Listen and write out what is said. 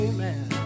Amen